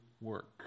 work